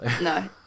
No